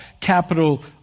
capital